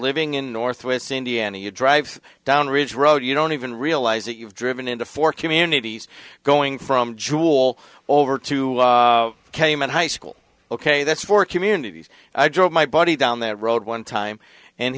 living in northwest indiana you drive down ridge road you don't even realize that you've driven into four communities going from jewel over to cayman high school ok that's four communities i drove my buddy down that road one time and